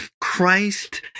Christ